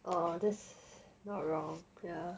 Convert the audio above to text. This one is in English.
oh that's not wrong ya